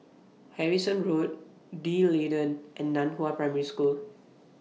Harrison Road D'Leedon and NAN Hua Primary School